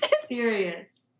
serious